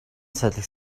салхи